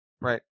Right